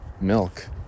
milk